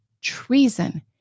treason